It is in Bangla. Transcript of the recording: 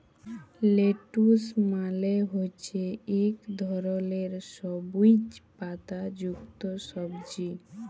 লেটুস মালে হছে ইক ধরলের সবুইজ পাতা যুক্ত সবজি